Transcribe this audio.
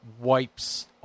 wipes